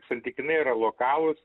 santykinai yra lokalūs